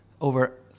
over